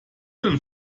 denn